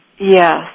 Yes